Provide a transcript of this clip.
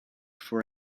for